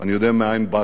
אני יודע מאין באת.